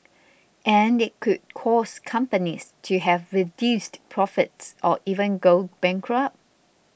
and it could cause companies to have reduced profits or even go bankrupt